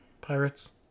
Pirates